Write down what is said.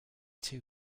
too